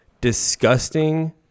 disgusting